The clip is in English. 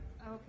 Okay